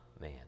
man